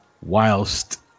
whilst